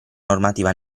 normativa